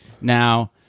Now